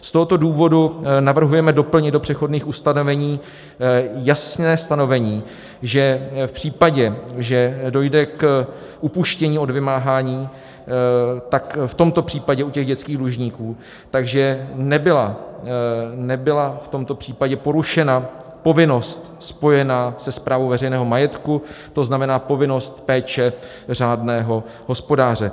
Z tohoto důvodu navrhujeme doplnit do přechodných ustanovení jasné stanovení, že v případě, že dojde k upuštění od vymáhání, tak v tomto případě, u dětských dlužníků, že nebyla v tomto případě porušena povinnost spojená se správou veřejného majetku, to znamená povinnost péče řádného hospodáře.